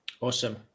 awesome